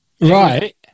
right